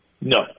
No